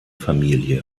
familie